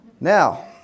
Now